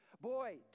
Boy